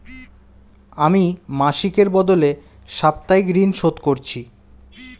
আমি মাসিকের বদলে সাপ্তাহিক ঋন শোধ করছি